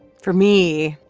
for me,